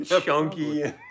Chunky